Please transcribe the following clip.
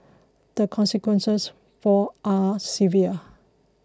the consequences for are severe